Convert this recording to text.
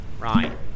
Right